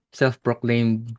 self-proclaimed